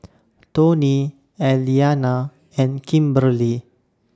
Toney Elianna and Kimberli